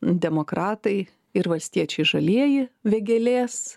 demokratai ir valstiečiai žalieji vėgėlės